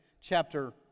chapter